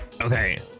Okay